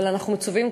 אבל אנחנו מצווים,